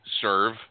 serve